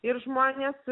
ir žmonės